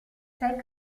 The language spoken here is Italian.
sei